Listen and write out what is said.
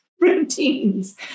routines